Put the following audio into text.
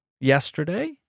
yesterday